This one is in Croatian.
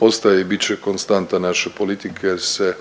ostaje i bit će konstanta naše politike jer